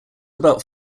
about